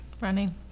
Running